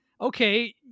okay